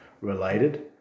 related